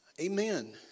Amen